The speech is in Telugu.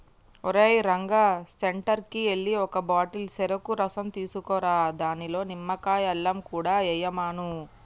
ఓరేయ్ రంగా సెంటర్కి ఎల్లి ఒక బాటిల్ సెరుకు రసం తీసుకురా దానిలో నిమ్మకాయ, అల్లం కూడా ఎయ్యమను